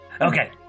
Okay